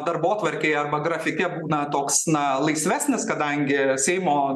darbotvarkėje arba grafike būna toks na laisvesnis kadangi seimo